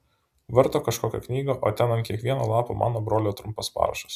varto kažkokią knygą o ten ant kiekvieno lapo mano brolio trumpas parašas